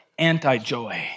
anti-joy